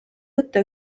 võtta